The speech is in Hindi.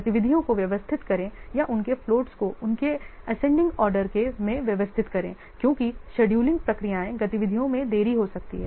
गतिविधियों को व्यवस्थित करें या उनके फ़्लोट्स को उनके एसेंडिंग ऑर्डर के में व्यवस्थित करें क्योंकि शेड्यूलिंग प्रक्रियाएँ गतिविधियों में देरी हो सकती हैं